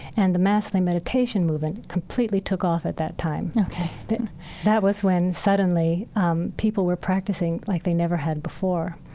and the mass lay meditation movement completely took off at that time ok that was when suddenly um people were practicing like they never had before.